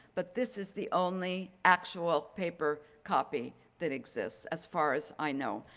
but this is the only actual paper copy that exists as far as i know.